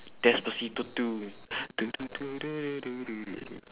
despacito two